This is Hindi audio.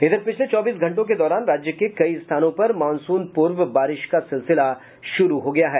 इधर पिछले चौबीस घंटों के दौरान राज्य के कई स्थानों पर मॉनसून पूर्व बारिश का सिलसिला शुरू हो गया है